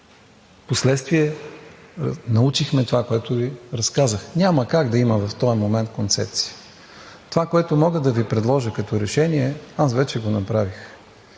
Впоследствие научихме това, което Ви разказах. Няма как да има в този момент концепция. Това, което мога да Ви предложа като решение, вече го направих.